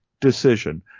decision